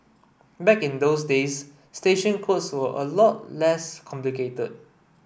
back in those days station codes were a lot less complicated